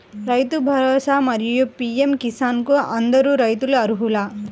రైతు భరోసా, మరియు పీ.ఎం కిసాన్ కు అందరు రైతులు అర్హులా?